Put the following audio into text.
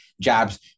jobs